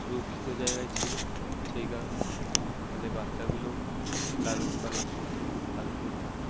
সুরক্ষিত জায়গায় ছিলো সেই কারণে তাদের বাচ্চাগুলো লালন পালন করতো খুব ভালো করে